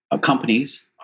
companies